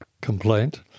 complaint